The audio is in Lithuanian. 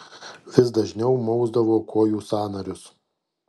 vis dažniau mausdavo kojų sąnarius